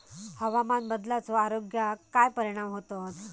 हवामान बदलाचो आरोग्याक काय परिणाम होतत?